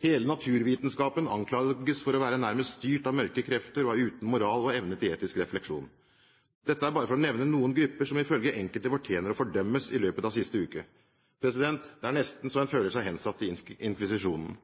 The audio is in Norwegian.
Hele naturvitenskapen anklages for nærmest å være styrt at mørke krefter og for å være uten moral og evne til etisk refleksjon – bare for å nevne noen grupper som i løpet av den siste uken, i følge enkelte, fortjener å fordømmes. Det er nesten så man føler seg hensatt til inkvisisjonen.